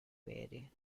veri